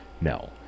No